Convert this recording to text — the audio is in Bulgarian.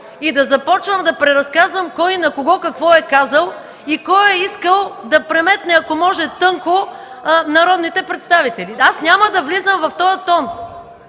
и да започвам да преразказвам кой на кого какво е казал и кой е искал да преметне, ако може тънко, народните представители. ДОКЛАДЧИК ИСКРА ФИДОСОВА: